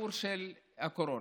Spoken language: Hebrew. הסיפור של הקורונה.